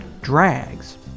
drags